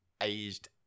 aged